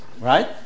right